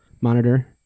monitor